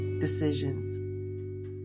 decisions